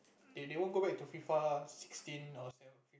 they they won't go back to F_I_F_A sixteen or seven fif~